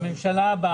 בממשלה הבאה.